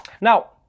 Now